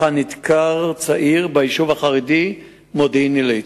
האחרון נדקר צעיר בקטטה ביישוב החרדי מודיעין-עילית,